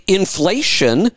inflation